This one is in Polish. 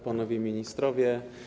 Panowie Ministrowie!